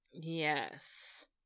Yes